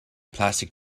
plastic